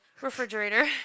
refrigerator